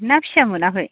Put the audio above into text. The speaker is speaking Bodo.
ना फिसा मोनाखै